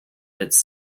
its